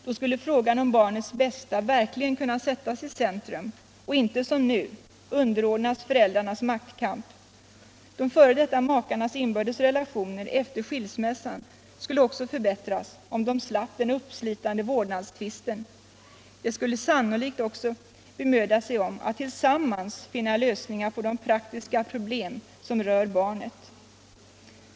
Då skulle frågan om barnets bästa verkligen kunna sättas i centrum, och inte som nu underordnas föräldrarnas maktkamp. De f. d. makarnas inbördes relationer efter skilsmässan skulle också förbättras, om de slapp den uppslitande vårdnadstvisten. De skulle sannolikt också bemöda sig om att tillsammans finna lösningar på de praktiska problem som rör barnet.